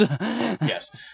Yes